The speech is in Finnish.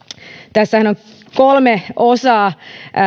tässähän on kokonaisuudessaan kolme osaa